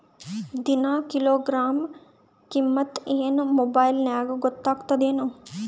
ದಿನಾ ಕಿಲೋಗ್ರಾಂ ಕಿಮ್ಮತ್ ಏನ್ ಮೊಬೈಲ್ ನ್ಯಾಗ ಗೊತ್ತಾಗತ್ತದೇನು?